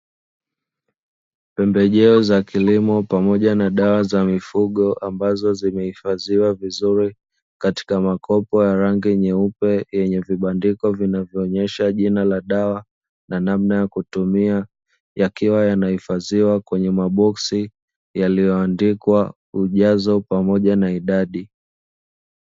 Pembejeo za kilimo pamoja na dawa za mifugo, ambazo zimehifadhiwa vizuri katika makopo ya rangi nyeupe yenye vibandiko, inayoonyesha jina ya dawa na namna ya kutumia yakiwa yanahifadhiwa kwenye maboksi yaliyoandikwa ujazo pamoja na idadi.